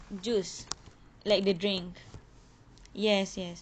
juice like the drink yes yes